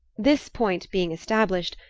this point being established,